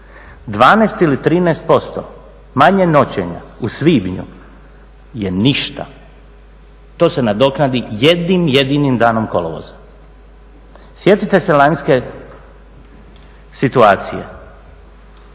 12 ili 13% manje noćenja u svibnju je ništa. To se nadoknadi jednim jedinim danom kolovoza. Sjetite se lanjske situacije,